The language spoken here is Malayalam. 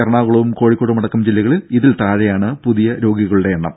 എറണാകുളവും കോഴിക്കോടുമടക്കം ജില്ലകളിൽ ഇതിൽ താഴെയാണ് പുതിയ രോഗികളുടെ എണ്ണം